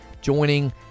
joining